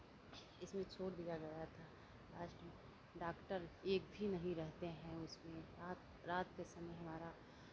इसमें छोड़ दिया गया था आज डॉक्टर एक भी नहीं रहते हैं उसमें रात रात के समय हमारा